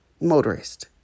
motorist